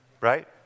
Right